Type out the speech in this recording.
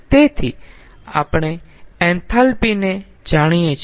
તેથી આપણે એન્થાલ્પી ને જાણીએ છીએ